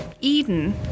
Eden